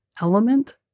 element